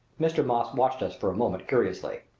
mr. moss watched us for a moment curiously.